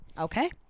okay